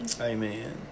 amen